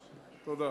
תודה.